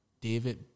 David